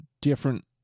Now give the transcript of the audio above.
different